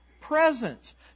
presence